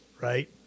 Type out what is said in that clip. right